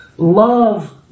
Love